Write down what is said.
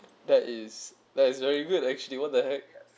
that is that is very good actually what the heck